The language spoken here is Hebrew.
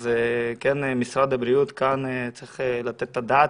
אז כאן משרד הבריאות צריך לתת את הדעת.